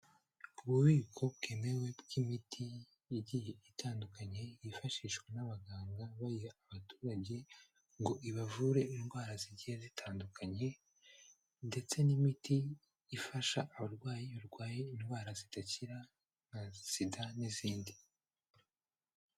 Ububiko bwemewe bw'imiti igiye itandukanye yifashishwa n'abaganga, bayiha abaturage ngo ibavure indwara zigiye zitandukanye ndetse n'imiti ifasha abarwayi barwaye indwara zidakira nka sida n'izindi.